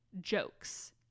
jokes